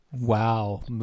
wow